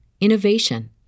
innovation